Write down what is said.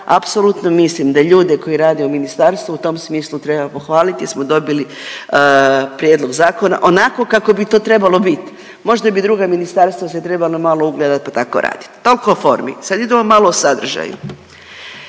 apsolutno mislim da ljude koji rade u ministarstvu u tom smislu treba pohvalit jer smo dobili prijedlog zakona onako kako bi to trebalo bit. Možda bi druga ministarstva se trebalo malo ugledat pa tako radit. Toliko o formi, sad idemo malo o sadržaju.